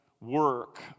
work